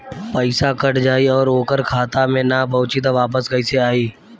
पईसा कट जाई और ओकर खाता मे ना पहुंची त वापस कैसे आई?